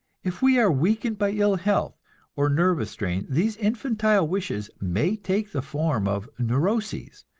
if we are weakened by ill health or nervous strain, these infantile wishes may take the form of neuroses,